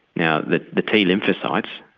now the the t-lymphocytes,